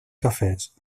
cafès